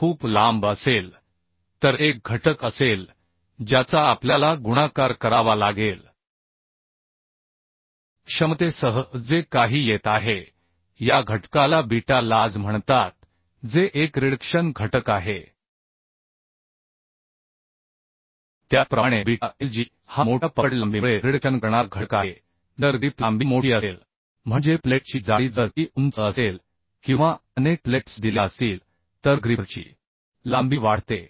खूप लांब असेल तर एक घटक असेल ज्याचा आपल्याला गुणाकार करावा लागेल क्षमतेसह जे काही येत आहे या घटकाला बीटा lj म्हणतात जे एक रिडक्शन घटक आहे त्याचप्रमाणे बीटा lg हा मोठ्या पकड लांबीमुळे रिडक्शन करणारा घटक आहे जर ग्रिप लांबी मोठी असेल म्हणजे प्लेटची जाडी जर ती उंच असेल किंवा अनेक प्लेट्स दिल्या असतील तर ग्रिपची लांबी वाढते